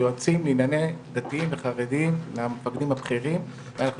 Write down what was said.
יועצים לענייני דתיים וחרדיים מהמפקדים הבכירים ואנחנו